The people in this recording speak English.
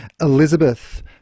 Elizabeth